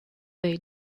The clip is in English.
they